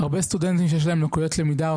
הרבה סטודנטים שיש להם לקויות למידה או